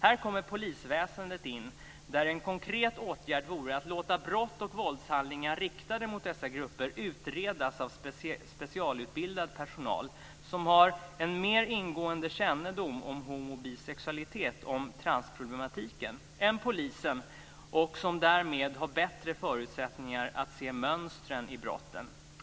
Här kommer polisväsendet in. En konkret åtgärd vore att låta brott och våldshandlingar riktade mot dessa grupper utredas av specialutbildad personal som har en mer ingående kännedom om homo och bisexualitet och om transproblematiken än polisen och som därmed har bättre förutsättningar att se mönstren i brotten.